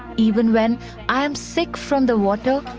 even when i am sick from the water,